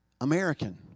American